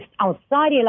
outside